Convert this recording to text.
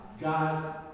God